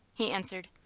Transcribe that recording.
he answered,